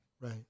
Right